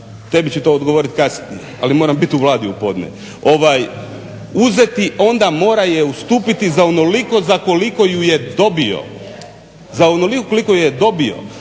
tebi ću to odgovorit kasnije ali moram biti u Vladi u podne uzeti onda mora je ustupiti za onoliko za koliko ju je dobio, za onoliko koliko ju je dobio.